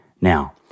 Now